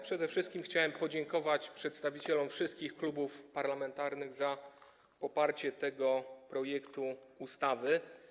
Przede wszystkim chciałem podziękować przedstawicielom wszystkich klubów parlamentarnych za poparcie tego projektu ustawy.